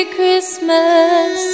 Christmas